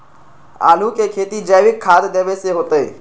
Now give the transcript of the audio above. आलु के खेती जैविक खाध देवे से होतई?